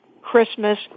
Christmas